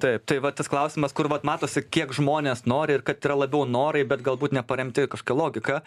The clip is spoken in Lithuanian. taip tai va tas klausimas kur vat matosi kiek žmonės nori ir kad yra labiau norai bet galbūt neparemti kažkokia logika